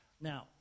Now